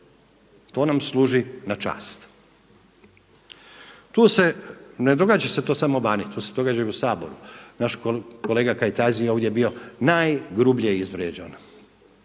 To nam služi na čast. Tu se, ne događa se to samo vani, to se događa i u Saboru, naš kolega Kajtazi je ovdje bio najgrublje izvrijeđan